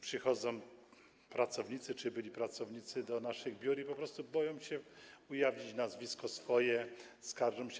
Przychodzą pracownicy czy byli pracownicy do naszych biur i po prostu boją się ujawnić swoje nazwisko, skarżą się.